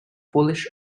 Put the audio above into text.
polish